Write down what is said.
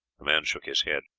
the man shook his head.